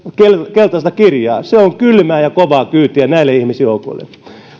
keltaista kirjaa se on kylmää ja kovaa kyytiä näille ihmisjoukoille